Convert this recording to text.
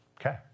okay